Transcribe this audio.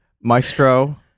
maestro